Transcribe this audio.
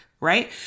right